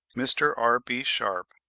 mr. r b. sharpe,